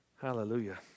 Hallelujah